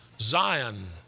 Zion